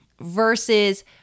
versus